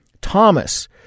Thomas